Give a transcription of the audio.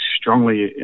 strongly